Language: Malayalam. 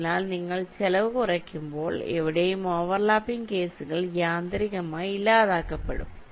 അതിനാൽ നിങ്ങൾ ചെലവ് കുറയ്ക്കുമ്പോൾ എവിടെയും ഓവർലാപ്പിംഗ് കേസുകൾ യാന്ത്രികമായി ഇല്ലാതാക്കപ്പെടും